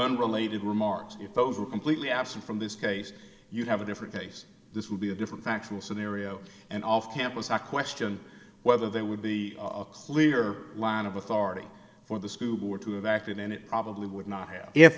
gun related remarks you both were completely absent from this case you have a different case this would be a different factual scenario and off campus i question whether there would be a clear line of authority for the school board to have acted and it probably would not have if